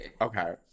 okay